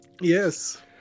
Yes